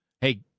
Hey